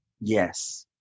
Yes